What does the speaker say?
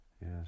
Yes